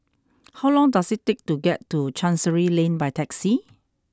how long does it take to get to Chancery Lane by taxi